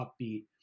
upbeat